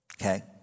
Okay